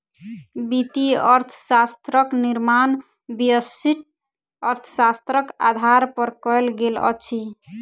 वित्तीय अर्थशास्त्रक निर्माण व्यष्टि अर्थशास्त्रक आधार पर कयल गेल अछि